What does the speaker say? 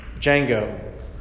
Django